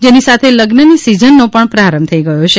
જેની સાથે લગ્નની સીઝનનો પ્રારંભ પણ થઈ ગયો છે